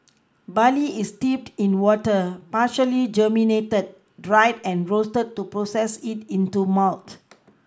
barley is steeped in water partially germinated dried and roasted to process it into malt